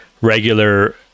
regular